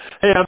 Hey